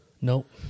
Nope